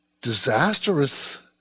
disastrous